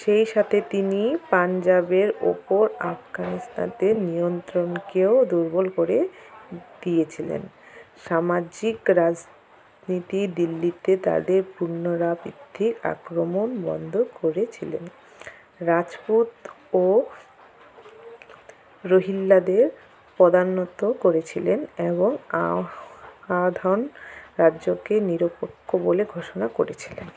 সেই সাতে তিনি পাঞ্জাবের ওপর আফগানিস্তানদের নিয়ন্ত্রণকেও দুর্বল করে দিয়েছিলেন সামাজ্যিক রাজনীতি দিল্লিতে তাদের পুনরাবৃত্তির আক্রমণ বন্ধ করেছিলেন রাজপুত ও রোহিল্লাদের পদানতও করেছিলেন এবং আওয়াধন রাজ্যকে নিরপেক্ষ বলে ঘোষণা করেছিলেন